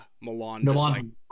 Milan